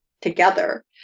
together